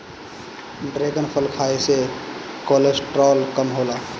dragon फल खाए से कोलेस्ट्राल कम होला